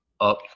up